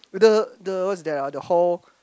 the the what's that ah the hall